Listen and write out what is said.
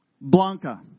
Blanca